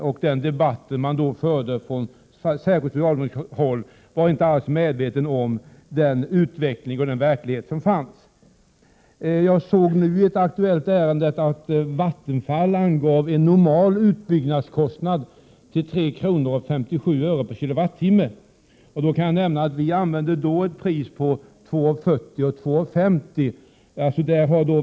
I den debatt som fördes särskilt från socialdemokratiskt håll var man inte alls medveten om den utveckling som i själva verket var på gång. Jag hari ett aktuellt ärende sett att Vattenfall anger en normal utbyggnadskostnad vara 3,57 öre per kilowattimme. Vi angav för fyra år sedan ett pris som låg mellan 2,4 och 2,5 öre.